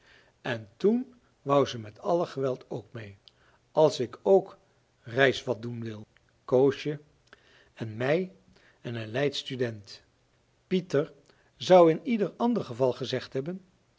en toen wou ze met alle geweld ook mee als ik ook reis wat doen wil koosje en mij en een leidsch student pieter zou in ieder ander geval gezegd hebben